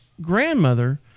grandmother